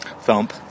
Thump